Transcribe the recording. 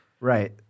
Right